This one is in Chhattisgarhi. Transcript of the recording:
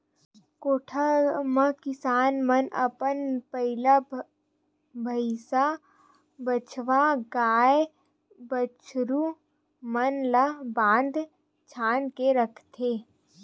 कोठा म किसान मन अपन बइला, भइसा, बछवा, गाय, बछरू मन ल बांध छांद के रखथे